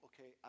okay